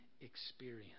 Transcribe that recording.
experience